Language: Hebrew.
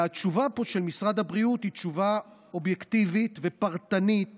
התשובה פה של משרד הבריאות היא תשובה אובייקטיבית ופרטנית